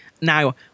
Now